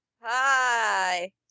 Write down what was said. Hi